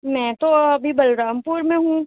میں تو ابھی بلرام پور میں ہوں